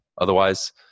Otherwise